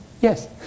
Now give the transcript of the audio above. Yes